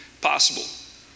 possible